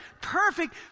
perfect